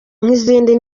nk’izindi